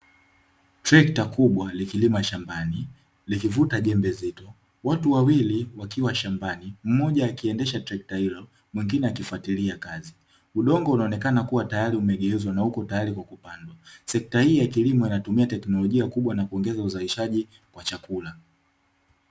Trekta kubwa likilima shambani likivuta jembe zito. Watu wawili wakiwa shambani mmoja akiendesha trekta hilo na mwingine akifuatilia kazi. Udongo unaoneka tayari umegeuzwa na uko tayari kwaajili ya kupandwa, sekta hii ya kilimo inatumia teknolojia kubwa na kuongeza uzalishaji wa chakula